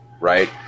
right